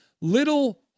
little